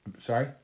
sorry